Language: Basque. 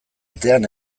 atean